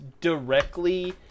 directly